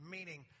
Meaning